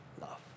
love